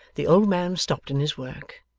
the old man stopped in his work,